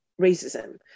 racism